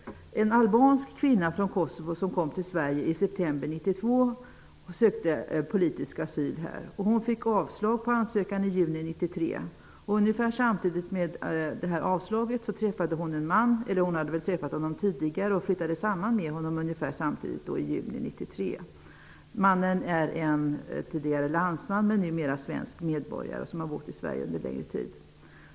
En albansk kvinna från Kosovo kom till Sverige i september 1992 och sökte politisk asyl här. Hon fick avslag på ansökan i juni 1993. Hon hade då träffat en man och flyttade samman med honom ungefär samtidigt som ansökan avslogs. Mannen är en tidigare landsman, numera svensk medborgare, som har bott i Sverige under längre tid.